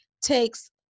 takes